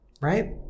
right